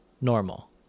normal